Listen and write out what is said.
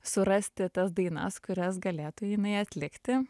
surasti tas dainas kurias galėtų jinai atlikti